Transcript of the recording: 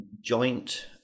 joint